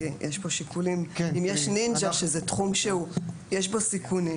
אם יש נינג'ה, שהוא תחום שיש בו סיכונים